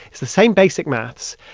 it's the same basic maths,